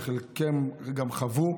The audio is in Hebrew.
וחלק גם חוו,